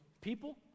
people